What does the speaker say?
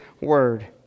word